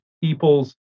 people's